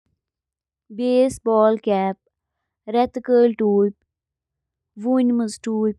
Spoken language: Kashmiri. اکھ ڈیجیٹل کیمرا، یتھ ڈیجیکم تہِ ونان چھِ، چھُ